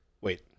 Wait